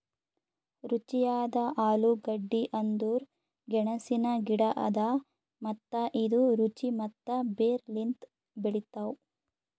ರುಚಿಯಾದ ಆಲೂಗಡ್ಡಿ ಅಂದುರ್ ಗೆಣಸಿನ ಗಿಡ ಅದಾ ಮತ್ತ ಇದು ರುಚಿ ಮತ್ತ ಬೇರ್ ಲಿಂತ್ ಬೆಳಿತಾವ್